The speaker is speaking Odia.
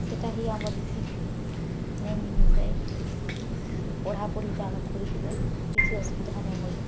ସେଟା ହି ଆମର୍ ଏଥିର୍ ମେନ୍ ଜିନିଷ୍ ହେ ପଢ଼ା ପଢ଼ିଟା ଆମେ କରିଥିଲେ କିଛି ଅସୁବିଧା ନାଇହୋଏ